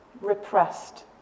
repressed